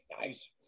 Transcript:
Nice